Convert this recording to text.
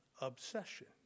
obsession